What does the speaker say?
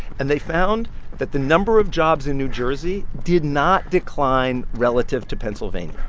and they found that the number of jobs in new jersey did not decline relative to pennsylvania.